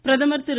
பிரதமர் திரு